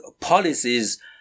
policies